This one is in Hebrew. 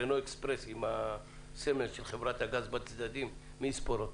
הרנו-אקספרס עם הסמל של חברת הגז בצדדים מי יספור אותו?